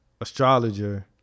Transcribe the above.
astrologer